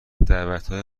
دعویهای